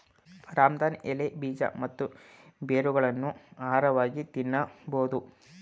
ರಾಮದಾನ್ ಎಲೆ, ಬೀಜ ಮತ್ತು ಬೇರುಗಳನ್ನು ಆಹಾರವಾಗಿ ತಿನ್ನಬೋದು